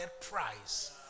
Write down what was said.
price